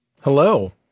Hello